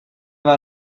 war